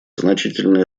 значительное